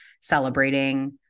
celebrating